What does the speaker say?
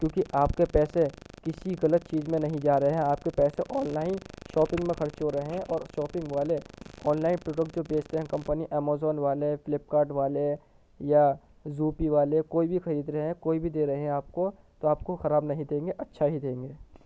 کیوں کہ آپ کے پیسے کسی غلط چیز میں نہیں جا رہے ہیں آپ کے پیسے آن لائن شاپنگ میں خرچ ہو رہے ہیں اور شاپنگ والے آن لائن پروڈکٹ جو بیچتے ہیں کمپنی امیزون والے فلپ کارڈ والے یا زوپی والے کوئی بھی خرید رہے ہیں کوئی بھی دے رہے ہیں آپ کو تو آپ کو خراب نہیں دیں گے اچھا ہی دیں گے